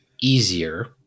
easier